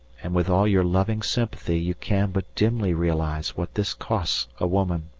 and with all your loving sympathy you can but dimly realize what this costs a woman.